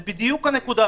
זה בדיוק הנקודה,